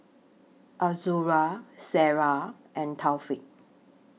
Azura Sarah and Taufik